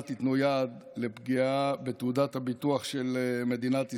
אל תיתנו יד לפגיעה בתעודת הביטוח של מדינת ישראל.